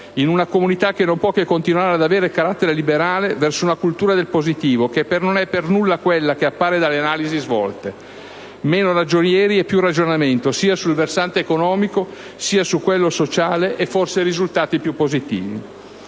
in una comunità che non può che continuare ad avere carattere liberale verso una cultura del positivo, che non è per nulla quella che appare dalle analisi svolte: meno ragionieri e più ragionamento, sia sul versante economico sia su quello sociale, e forse più risultati più positivi.